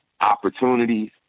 opportunities